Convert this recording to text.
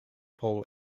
paul